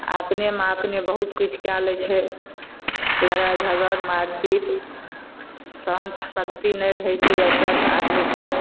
आ अपनेमे अपने बहुत किछुके लै छै लड़ाइ झगड़ मारि पीट सहनशक्ति नहि रहै छै आइकाल्हि आदमीकेँ